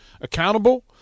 accountable